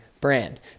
Brand